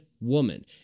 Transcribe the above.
woman